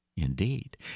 Indeed